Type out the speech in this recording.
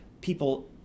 people